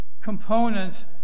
component